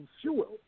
fuel